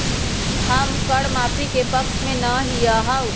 हम कर माफी के पक्ष में ना ही याउ